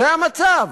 זה המצב,